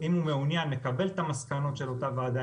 אם הוא מעוניין לקבל את המסקנות של אותה ועדה,